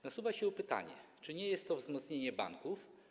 Nasuwa się pytanie: Czy nie jest to wzmocnienie banków?